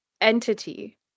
entity